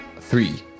Three